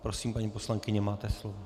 Prosím, paní poslankyně, máte slovo.